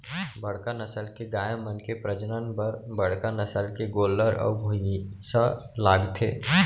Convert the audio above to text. बड़का नसल के गाय मन के प्रजनन बर बड़का नसल के गोल्लर अउ भईंसा लागथे